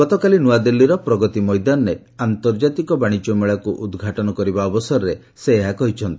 ଗତକାଲି ନୂଆଦିଲ୍ଲୀର ପ୍ରଗତି ମୈଦାନରେ ଆନ୍ତର୍ଜାତିକ ବାଣିଜ୍ୟ ମେଳାକୁ ଉଦ୍ଘାଟନ କରିବା ଅବସରରେ ସେ ଏହା କହିଛନ୍ତି